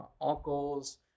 uncles